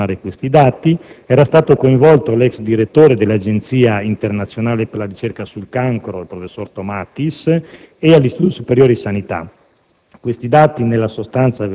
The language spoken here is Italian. negli Stati Uniti, proprio per confermare questi dati; erano stati coinvolti l'ex direttore dell'Agenzia internazionale per la ricerca sul cancro, professor Tomatis, e l'Istituto superiore di sanità.